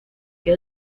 que